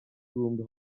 groomed